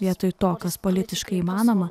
vietoj to kas politiškai įmanoma